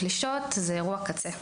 אמנם הפלישות הן אירוע קצה,